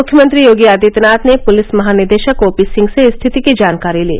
मुख्यमंत्री योगी आदित्यनाथ ने पुलिस महानिदेशक ओ पी सिंह से स्थिति की जानकारी ली